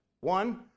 One